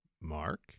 Mark